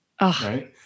right